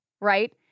right